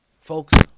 Folks